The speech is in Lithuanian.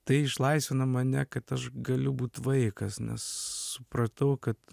tai išlaisvina mane kad aš galiu būt vaikas nes supratau kad